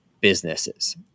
businesses